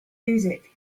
music